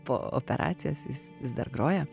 po operacijos jis vis dar groja